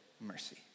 mercy